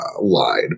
lied